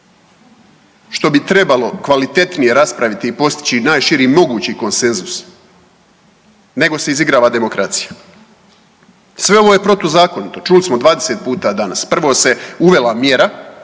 što bi trebalo kvalitetnije raspraviti i postići najširi mogući konsenzus nego se izigrava demokracija. Sve ovo je protuzakonito čuli smo 20 puta danas, prvo se uvela mjera,